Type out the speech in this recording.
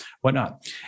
whatnot